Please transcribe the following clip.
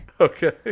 okay